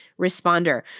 responder